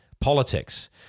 politics